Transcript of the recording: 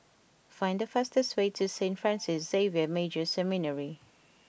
find the fastest way to Saint Francis Xavier Major Seminary